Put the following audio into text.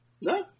No